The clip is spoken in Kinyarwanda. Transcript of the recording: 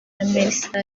melissa